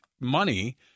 money